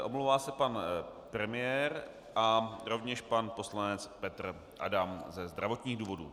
Omlouvá se pan premiér a rovněž pan poslanec Petr Adam ze zdravotních důvodů.